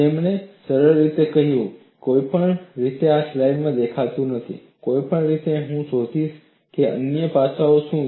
તેમણે સરળ રીતે કહ્યું કોઈપણ રીતે જે આ સ્લાઇડમાં દેખાતું નથી કોઈપણ રીતે હું શોધીશ કે અન્ય પાસાઓ શું છે